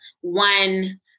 one